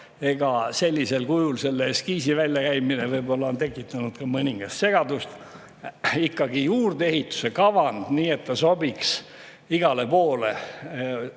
osa. Sellisel kujul selle eskiisi väljakäimine on tekitanud mõningast segadust. Ikkagi juurdeehituse kavand, nii et ta sobiks igale poole,